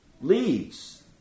leaves